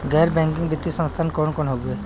गैर बैकिंग वित्तीय संस्थान कौन कौन हउवे?